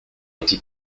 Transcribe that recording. était